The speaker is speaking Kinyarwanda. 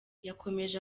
yakomeje